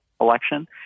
election